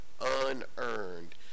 unearned